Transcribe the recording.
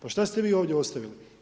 Pa šta ste vi ovdje ostavili?